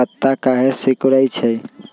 पत्ता काहे सिकुड़े छई?